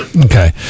Okay